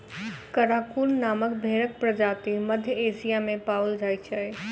Karakul नामक भेंड़क प्रजाति मध्य एशिया मे पाओल जाइत छै